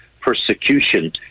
persecution